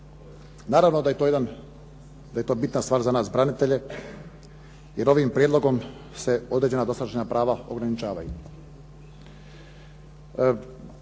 Naravno da je to bitna stvar za nas branitelje jer ovim prijedlogom se određena dosadašnja prava ograničavaju.